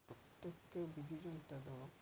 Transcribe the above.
ପ୍ରତ୍ୟେକ ବିଜୁ ଜନତା ଦଳ